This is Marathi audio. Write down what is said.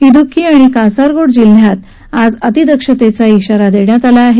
इदुक्की आणि कासरकोड जिल्ह्यात आज अतिदक्षतेचा इशारा देण्यात आला आहे